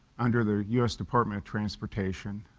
under the u s. department of transportation.